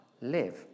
live